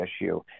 issue